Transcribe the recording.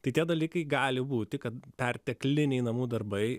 tokie dalykai gali būti kad pertekliniai namų darbai